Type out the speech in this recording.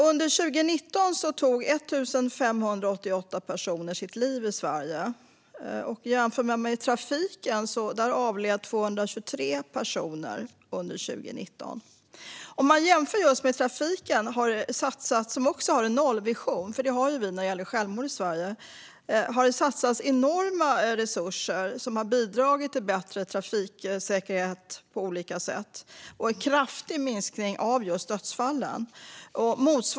Under 2019 tog 1 588 personer sitt liv i Sverige. I trafiken avled samma år 223 personer. När det gäller trafiken, där Sverige liksom för självmord har en nollvision, har det satsats enorma resurser, vilket har bidragit till bättre trafiksäkerhet och en kraftig minskning av dödsfall.